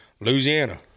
Louisiana